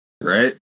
Right